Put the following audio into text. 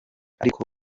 ariko